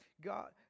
God